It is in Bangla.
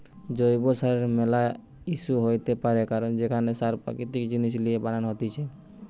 জৈব চাষের ম্যালা ইস্যু হইতে পারে কারণ সেখানে সার প্রাকৃতিক জিনিস লিয়ে বানান হতিছে